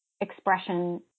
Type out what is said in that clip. expression